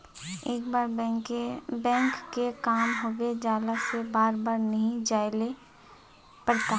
एक बार बैंक के काम होबे जाला से बार बार नहीं जाइले पड़ता?